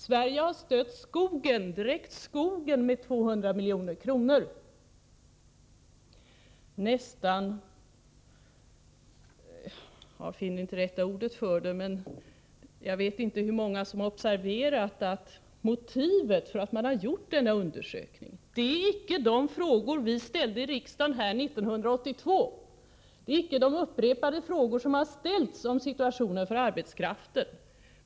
Sverige har stött skogen — direkt skogen — med 200 milj.kr. Jag finner inte det rätta ordet här. Men jag vet inte hur många som har observerat att motivet för att man gjort denna undersökning är icke de frågor som vi ställde här i riksdagen 1982, det är icke de upprepade frågor som har ställts om situationen för arbetskraften.